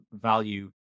value